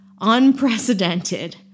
Unprecedented